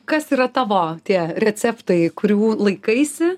kas yra tavo tie receptai kurių laikaisi